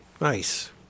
Nice